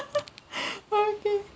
oh okay